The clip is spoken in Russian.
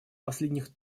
последних